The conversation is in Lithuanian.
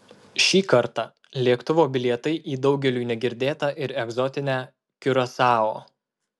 šį kartą lėktuvo bilietai į daugeliui negirdėtą ir egzotinę kiurasao